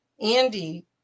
Andy